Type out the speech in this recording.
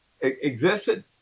existed